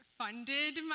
funded